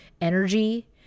energy